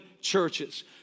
churches